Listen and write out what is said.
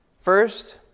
First